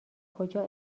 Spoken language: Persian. کجا